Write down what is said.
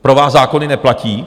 Pro vás zákony neplatí?